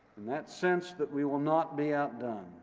and that sense that we will not be outdone.